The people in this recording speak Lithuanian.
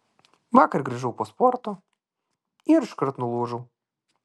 vakar grįžau po sporto ir iškart nulūžau